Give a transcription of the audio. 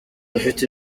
afite